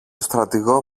στρατηγό